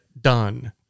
done